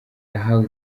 yahawe